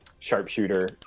Sharpshooter